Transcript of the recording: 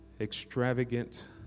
Extravagant